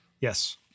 Yes